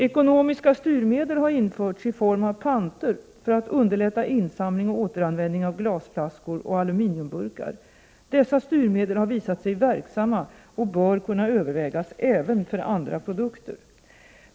Ekonomiska styrmedel har införts i form av panter för att underlätta insamling och återanvändning av glasflaskor och aluminiumburkar. Dessa styrmedel har visat sig verksamma och bör kunna övervägas även för andra produkter.